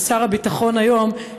ושר הביטחון היום,